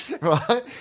Right